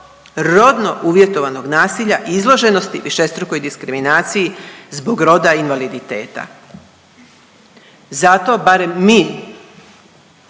rodno uvjetovanog nasilja izloženosti višestrukoj diskriminaciji zbog roda i invaliditeta. Zato barem mi